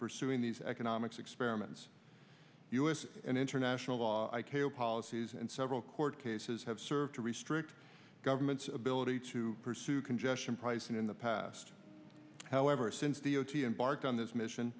pursuing these economics experiments u s and international law i care policies and several court cases have served strict government's ability to pursue congestion pricing in the past however since d o t embarked on this mission